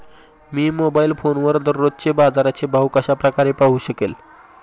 मी mobile फोनवर दररोजचे बाजाराचे भाव कशा प्रकारे पाहू शकेल?